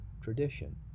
tradition